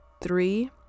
three